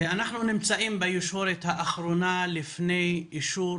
אנחנו נמצאים בישורת האחרונה לפני אישור